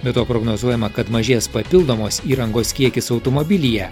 be to prognozuojama kad mažės papildomos įrangos kiekis automobilyje